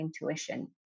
intuition